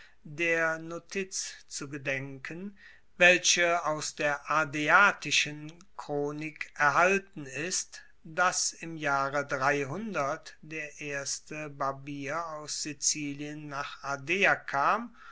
der notiz zu gedenken welche aus der ardeatischen chronik erhalten ist dass im jahre der erste barbier aus sizilien nach ardea kam